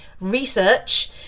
research